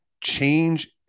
change